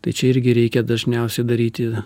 tai čia irgi reikia dažniausiai daryti